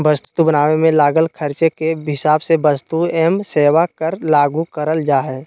वस्तु बनावे मे लागल खर्चे के हिसाब से वस्तु एवं सेवा कर लागू करल जा हय